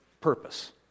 purpose